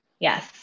Yes